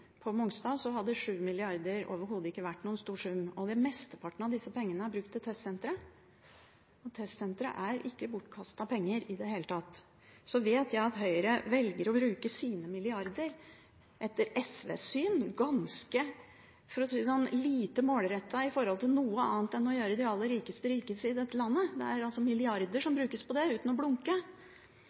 på Mongstad, hadde 7 mrd. kr overhodet ikke vært noen stor sum. Mesteparten av disse pengene er brukt til testsenteret, og testsenteret er ikke bortkastede penger i det hele tatt. Jeg vet at Høyre velger å bruke sine milliarder – etter SVs syn – ganske lite målrettet når det gjelder noe annet enn å gjøre de aller rikeste rikere i dette landet. Det bruker man milliarder på uten å blunke.